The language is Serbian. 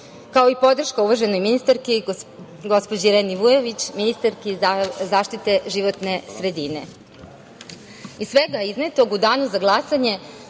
kao i podršku uvaženoj ministarki gospođi Ireni Vujović, ministarki zaštite životne sredine. Iz